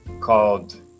called